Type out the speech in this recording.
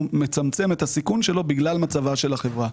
הוא מצמצם את הסיכון שלו בגלל מצב החברה.